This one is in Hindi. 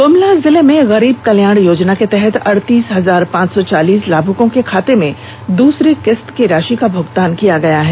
गुमला जिले में गरीब कल्याण योजना के तहत अड़तीस हजार पांच सौ चालीस लाभुकों के खाते में दूसरी किस्त की राशि का भुगतान किया गया है